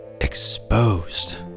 exposed